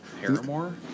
Paramore